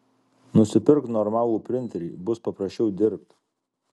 nusipirk normalų printerį bus paprasčiau dirbt